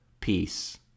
peace